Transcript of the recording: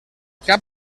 cap